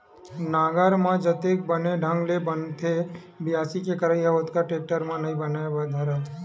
नांगर म जतेक बने ढंग ले बनथे बियासी के करई ह ओतका टेक्टर म नइ बने बर धरय